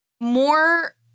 more